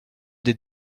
des